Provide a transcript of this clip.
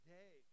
day